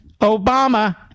Obama